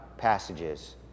passages